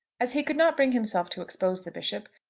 as he could not bring himself to expose the bishop,